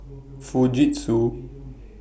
Fujitsu